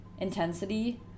intensity